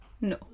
No